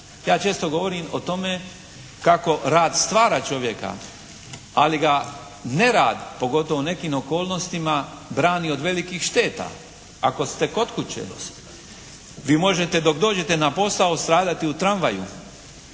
Ja često govorim o tome kako rad stvara čovjeka, ali ga nerad pogotovo u nekim okolnostima brani od velikih šteta. Ako ste kod kuće vi možete dok dođete na posao stradati u tramvaju.